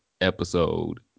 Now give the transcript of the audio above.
episode